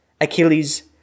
Achilles